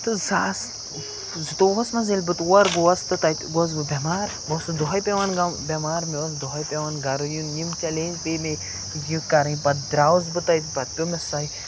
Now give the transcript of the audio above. تہٕ زٕ ساس زٕتووُہَس منٛز ییٚلہِ بہٕ تور گوس تہٕ تَتہِ گوس بہٕ بٮ۪مار بہٕ اوسُس دۄہَے پٮ۪وان بٮ۪مار مےٚ اوس دۄہَے پٮ۪وان گَرٕ یُن یِم چَلینٛج پیٚیہِ مےٚ یہِ کَرٕنۍ پَتہٕ درٛاوُس بہٕ تَتہِ پَتہٕ پیٚو مےٚ سۄے